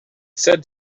said